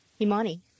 Imani